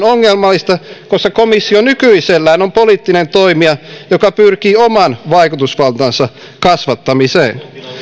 ongelmallista koska komissio nykyisellään on poliittinen toimija joka pyrkii oman vaikutusvaltansa kasvattamiseen